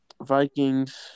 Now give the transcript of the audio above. Vikings